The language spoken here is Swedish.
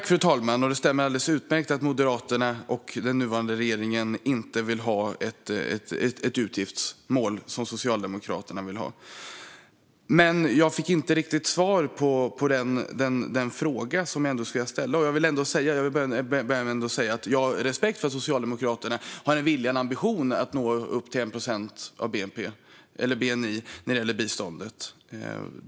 Fru talman! Det stämmer alldeles utmärkt att Moderaterna och den nuvarande regeringen inte vill ha ett utgiftsmål, som Socialdemokraterna vill ha. Men jag fick inte riktigt svar på frågan jag ställde. Jag vill ändå börja med att säga att jag har respekt för att Socialdemokraterna har en vilja och ambition att nå upp till 1 procent av bnp eller bni när det gäller biståndet.